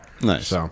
Nice